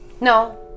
No